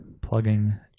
Plugging